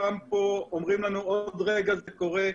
שכולם פה אומרים לנו שעוד רגע זה קורה.